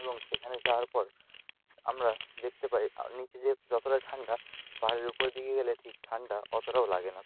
এবং সেখানে যাওয়ার পর আমরা দেখতে পাই নিচে যে যতটা ঠান্ডা পাহাড়ের ওপরের দিকে গেলে ঠিক ঠান্ডা অতোটাও লাগে না